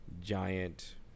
giant